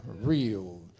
real